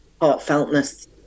heartfeltness